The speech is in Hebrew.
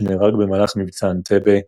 שנהרג במהלך מבצע אנטבה,